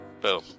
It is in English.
Boom